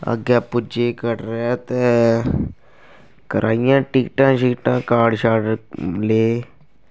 अग्गें पुज्जे कटरै ते कराइयां टिकटां शिकटां कार्ड शार्ड ले